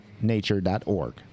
nature.org